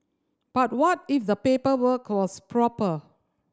but what if the paperwork was proper